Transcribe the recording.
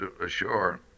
ashore